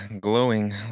glowing